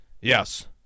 yes